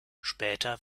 später